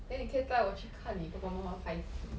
then 你可以带我去看你爸爸妈妈拍戏